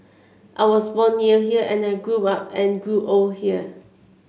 I was born near here and I grew up and grew old here